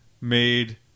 made